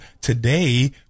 Today